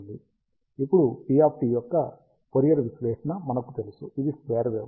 ఇప్పుడు p యొక్క Fourier విశ్లేషణ మనకు తెలుసు ఇది స్క్వేర్ వేవ్